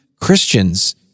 Christians